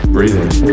Breathing